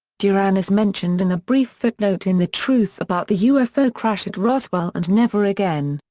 duran is mentioned in a brief footnote in the truth about the ufo crash at roswell and never again,